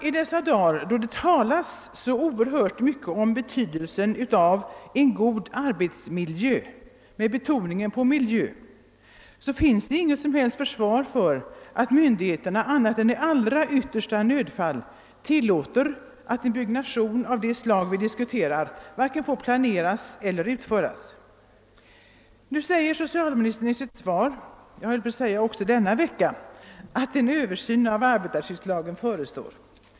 I dessa dagar, då det talas så oerhört mycket om betydelsen av en god arbetsmiljö — med betoning på miljö — finns det inget som helst försvar för att myndigheterna annat än 1 allra yttersta nödfall tillåter att en byggnation av det slag vi diskuterar får planeras eller utföras. Nu säger socialministern i sitt svar — också denna vecka — att en översyn av arbetarskyddslagen förestår.